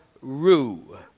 Rue